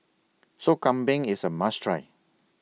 Sop Kambing IS A must Try